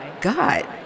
god